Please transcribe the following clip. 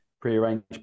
prearranged